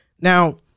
Now